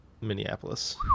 Minneapolis